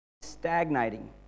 stagnating